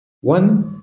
One